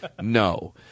No